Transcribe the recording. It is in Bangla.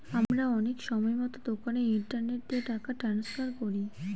আমরা অনেক সময়তো দোকানে ইন্টারনেট দিয়ে টাকা ট্রান্সফার করি